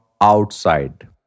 outside